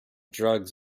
drugs